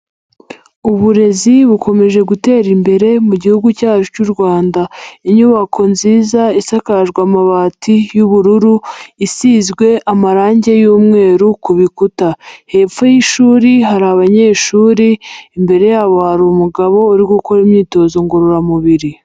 Uburezi bukomeje gutera imbere mu gihugu cyacu cy'u Rwanda. Inyubako nziza isakajwe amabati y'ubururu, isizwe amarange y'umweru ku bikuta, hepfo y'ishuri hari abanyeshuri, imbere yabo hari umugabo uri gukora imyitozo ngororamubiri.